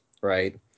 right